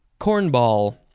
cornball